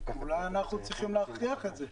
אולי אנחנו צריכים להכריח את זה.